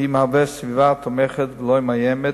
והיא מהווה סביבה תומכת ולא מאיימת